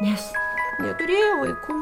nes neturėjo vaikų